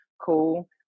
cool